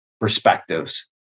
perspectives